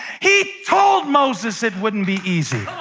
he told moses it wouldn't be easy.